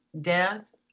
death